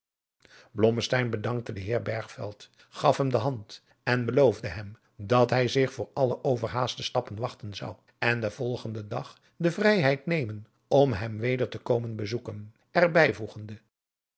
bedankte den heer bergveld gaf hem de hand en beloofde hem dat hij zich voor alle overhaaste stappen wachten zou en den volgenden dag de vrijheid nemen om hem weder te komen bezoeken